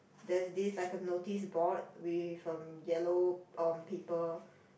there's these like a notice board with um yellow um paper